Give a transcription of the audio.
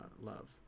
love